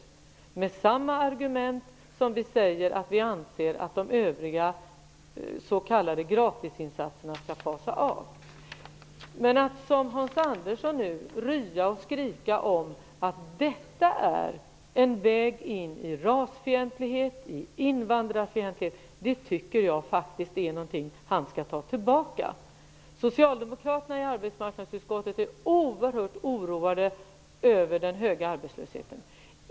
Våra argument är desamma som dem som vi har för att vi anser att de övriga s.k. gratisinsatserna bör fasas av. Men Hans Andersson ryade och skrek om att detta är en väg in i rasfientlighet och invandrarfientlighet, och det tycker jag faktiskt att han skall ta tillbaka. Socialdemokraterna i arbetsmarknadsutskottet är oerhört oroade över den höga arbetslösheten.